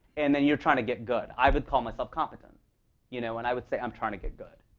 and then you're trying to get good. i would call myself competent you know and i would say i'm trying to get good.